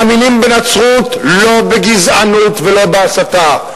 מאמינים בנצרות, לא בגזענות ולא בהסתה.